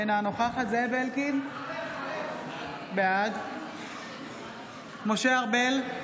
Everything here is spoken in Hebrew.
אינה נוכחת זאב אלקין, בעד משה ארבל,